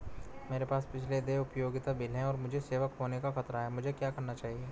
मेरे पास पिछले देय उपयोगिता बिल हैं और मुझे सेवा खोने का खतरा है मुझे क्या करना चाहिए?